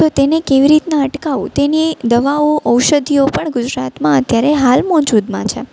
તો તેને કેવી રીતનાં અટકાવવું તેની દવાઓ ઔષધિઓ પણ ગુજરાતમાં અત્યારે હાલ મૌજૂદમાં છે